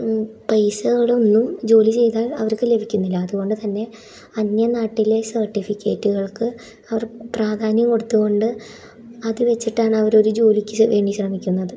പൈസകളൊന്നും ജോലി ചെയ്താൽ അവർക്ക് ലഭിക്കുന്നില്ല അതുകൊണ്ടു തന്നെ അന്യനാട്ടിലെ സർട്ടിഫിക്കറ്റുകൾക്ക് അവർ പ്രാധാന്യം കൊടുത്തു കൊണ്ട് അത് വെച്ചിട്ടാണവർ ഒരു ജോലിക്ക് വേണ്ടി ശ്രമിക്കുന്നത്